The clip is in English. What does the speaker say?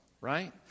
right